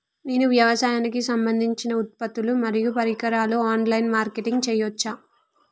నేను వ్యవసాయానికి సంబంధించిన ఉత్పత్తులు మరియు పరికరాలు ఆన్ లైన్ మార్కెటింగ్ చేయచ్చా?